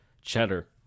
cheddar